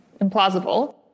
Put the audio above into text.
implausible